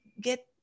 get